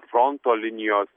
fronto linijos